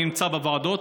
אני נמצא בוועדות,